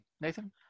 Nathan